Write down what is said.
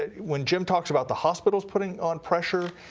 ah when jim talks about the hospitals putting on pressure,